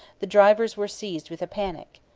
the drivers were seized with a panic.